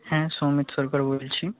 হ্যাঁ সৌমিত সরকার বলছি